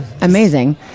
Amazing